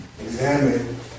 Examine